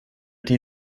die